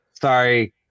Sorry